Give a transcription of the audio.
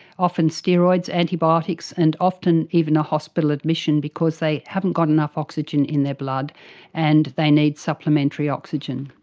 often steroids, antibiotics, and often even a hospital admission because they haven't got enough oxygen in their blood and they need supplementary oxygen.